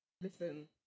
Listen